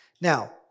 Now